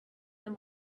than